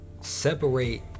Separate